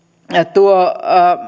tuo